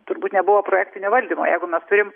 turbūt nebuvo projektinio valdymo jeigu mes turim